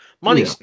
Money